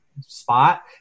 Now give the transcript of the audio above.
spot